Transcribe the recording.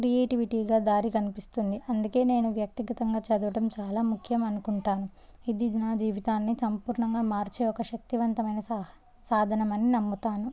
క్రియేటివిటీగా దారి కనిపిస్తుంది అందుకే నేను వ్యక్తిగతంగా చదవటం చాలా ముఖ్యం అనుకుంటాను ఇది నా జీవితాన్ని సంపూర్ణంగా మార్చే ఒక శక్తివంతమైన సా సాధనమని నమ్ముతాను